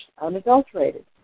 unadulterated